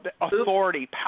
authority